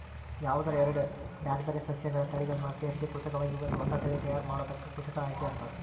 ಯಾವದರ ಎರಡ್ ಬ್ಯಾರ್ಬ್ಯಾರೇ ಸಸ್ಯಗಳ ತಳಿಗಳನ್ನ ಸೇರ್ಸಿ ಕೃತಕವಾಗಿ ಒಂದ ಹೊಸಾ ತಳಿ ತಯಾರ್ ಮಾಡೋದಕ್ಕ ಕೃತಕ ಆಯ್ಕೆ ಅಂತಾರ